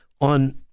on